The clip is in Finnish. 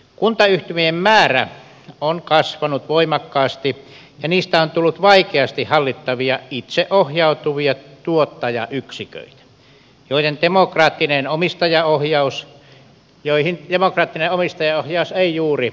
kuntayhtymien määrä on kasvanut voimakkaasti ja niistä on tullut vaikeasti hallittavia itseohjautuvia tuottajayksiköitä joihin demokraattinen omistajaohjaus ei juuri ulotu